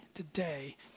Today